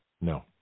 No